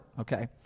Okay